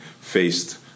faced